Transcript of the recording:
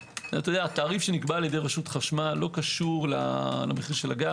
התעריף שנקבע על ידי רשות החשמל לא רשות למחיר הגז.